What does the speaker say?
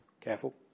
careful